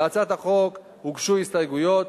להצעת החוק הוגשו הסתייגויות.